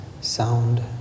sound